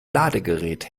ladegerät